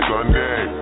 Sunday